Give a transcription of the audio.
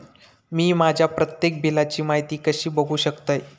मी माझ्या प्रत्येक बिलची माहिती कशी बघू शकतय?